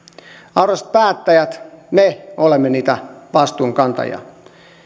arvoisat päättäjät me olemme niitä vastuunkantajia